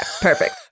perfect